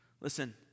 Listen